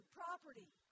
property